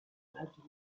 largely